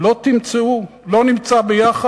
לא נמצא ביחד?